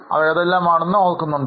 അവ ഏതെല്ലാം ആണെന്ന് ഓർക്കുന്നുണ്ടോ